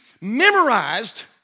memorized